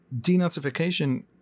denazification